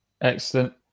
Excellent